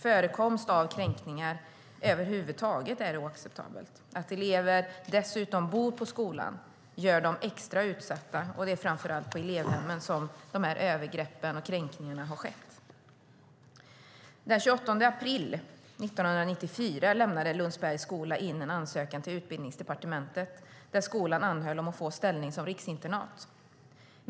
Förekomst av kränkningar över huvud taget är oacceptabelt. Att elever dessutom bor på skolan gör dem extra utsatta. Det är framför allt på elevhemmen som dessa övergrepp och kränkningar har skett. Den 28 april 1994 lämnade Lundsbergs skola in en ansökan till Utbildningsdepartementet där skolan anhöll om att få ställning som riksinternat.